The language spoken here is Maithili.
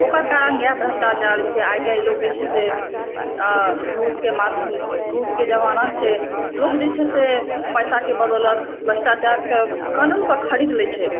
ओकर कारण इएह भ्रष्टाचार छियै आइकाल्हि लोक जे छै से घूसके माध्यम घूस के जमाना छै लोक जे छै से पैसाकऽ बदौलत भ्रष्टाचारके कानूनके खरीद लै छै